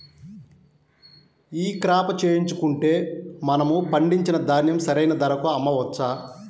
ఈ క్రాప చేయించుకుంటే మనము పండించిన ధాన్యం సరైన ధరకు అమ్మవచ్చా?